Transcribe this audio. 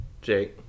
Jake